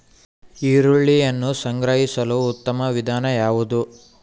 ಈರುಳ್ಳಿಯನ್ನು ಸಂಗ್ರಹಿಸಲು ಉತ್ತಮ ವಿಧಾನ ಯಾವುದು?